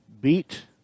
beat